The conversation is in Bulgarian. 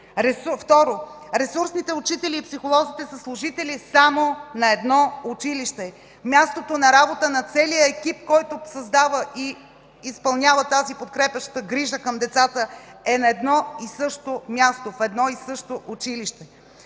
Второ, ресурсните учители и психолозите са служители само на едно училище. Мястото на работа на целия екип, който създава и изпълнява тази подкрепяща грижа към децата, е на едно и също място, в едно и също училище.